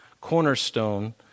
cornerstone